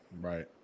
Right